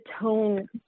tone